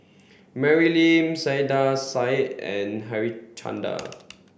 Mary Lim Saiedah Said and Harichandra